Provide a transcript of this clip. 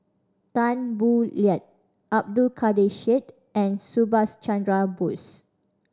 Tan Boo Liat Abdul Kadir Syed and Subhas Chandra Bose